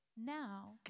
now